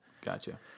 Gotcha